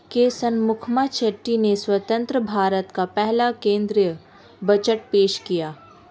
के शनमुखम चेट्टी ने स्वतंत्र भारत का पहला केंद्रीय बजट पेश किया